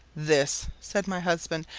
this, said my husband,